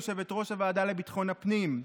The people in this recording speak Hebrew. יושבת-ראש ועדת ביטחון הפנים,